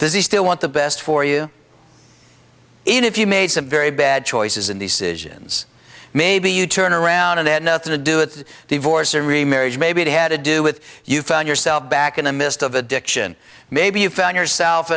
does he still want the best for you even if you made some very bad choices and decisions maybe you turn around and had nothing to do it divorce or remarriage maybe it had to do with you found yourself back in the midst of addiction maybe you found yourself